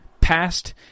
passed